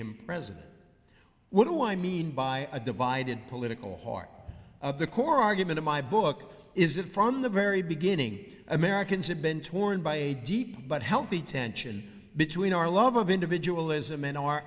him president what do i mean by a divided political part of the core argument of my book is that from the very beginning americans have been torn by a deep but healthy tension between our love of individual as